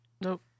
Nope